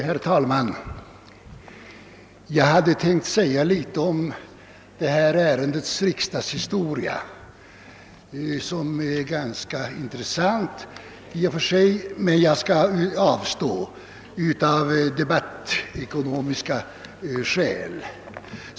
Herr talman! Jag hade tänkt tala litet om detta ärendes riksdagshistoria, som i och för sig är ganska intressant, men jag skall avstå från detta av »debattekonomiska» skäl.